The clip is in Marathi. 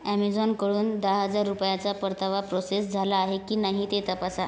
ॲमेझॉनकडून दहा हजार रुपयाचा परतावा प्रोसेस झाला आहे की नाही ते तपासा